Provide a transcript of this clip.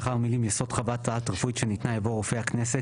לאחר המילים 'יסוד חוות דעת רפואית שניתנה' יבוא 'רופא הכנסת'.